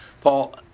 Paul